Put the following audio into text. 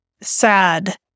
sad